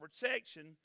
protection